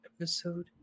Episode